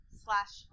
slash